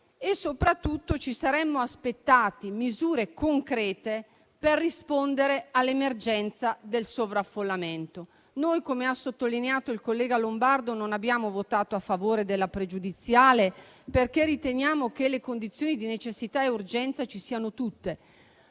Soprattutto, ci saremmo aspettati misure concrete per rispondere all'emergenza del sovraffollamento. Noi, come ha sottolineato il collega Lombardo, non abbiamo votato a favore della pregiudiziale, perché riteniamo che le condizioni di necessità e urgenza ci siano tutte.